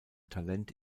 talent